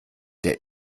der